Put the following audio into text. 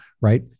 right